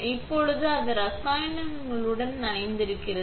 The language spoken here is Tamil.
இப்போது அது இரசாயனங்களுடன் நனைத்திருக்கிறது